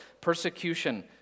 persecution